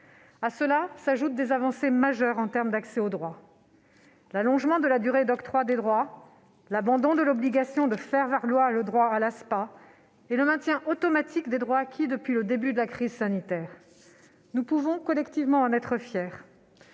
À cela s'ajoutent des avancées majeures en termes d'accès aux droits : l'allongement de la durée d'octroi des droits, l'abandon de l'obligation de faire valoir le droit à l'allocation de solidarité aux personnes âgées (ASPA) et le maintien automatique des droits acquis depuis le début de la crise sanitaire. Nous pouvons collectivement en être fiers.